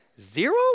Zero